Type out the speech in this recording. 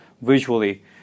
visually